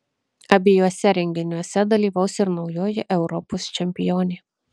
abiejuose renginiuose dalyvaus ir naujoji europos čempionė